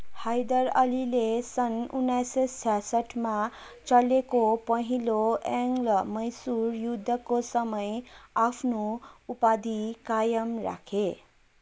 हैदर अलीले सन् उन्नाइस सय छ्यासठमा चलेको पहिलो एङ्लो मैसुर युद्धको समय आफ्नो उपाधि कायम राखे